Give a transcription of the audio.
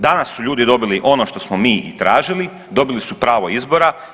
Danas su ljudi dobili ono što smo mi i tražili, dobili su pravo izbora.